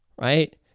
right